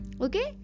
okay